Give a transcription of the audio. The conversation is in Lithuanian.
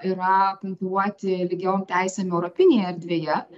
yra konkuruoti lygiom teisėm europinėj erdvėje